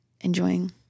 enjoying